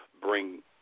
bring